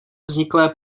vzniklé